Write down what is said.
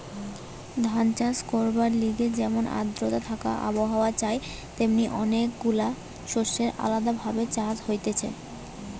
ধান চাষ করবার লিগে যেমন আদ্রতা থাকা আবহাওয়া চাই তেমনি অনেক গুলা শস্যের আলদা ভাবে চাষ হতিছে